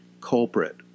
culprit